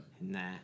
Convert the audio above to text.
Nah